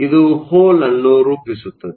ಇದು ಹೋಲ್ ಅನ್ನು ರೂಪಿಸುತ್ತದೆ